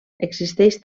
existeix